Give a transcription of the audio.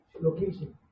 location